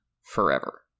forever